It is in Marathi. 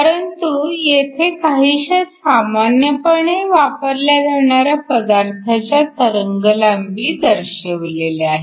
परंतु येथे काहीशा सामान्यपणे वापरल्या जाणाऱ्या पदार्थांच्या तरंगलांबी दर्शवलेल्या आहेत